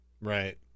Right